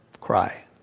cry